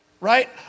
right